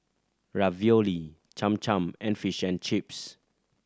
Ravioli Cham Cham and Fish and Chips